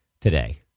today